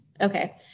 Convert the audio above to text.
Okay